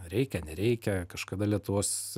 reikia nereikia kažkada lietuvos